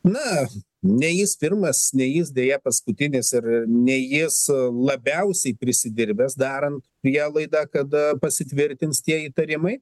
na ne jis pirmas ne jis deja paskutinis ir ne jis labiausiai prisidirbęs darant prielaidą kada pasitvirtins tie įtarimai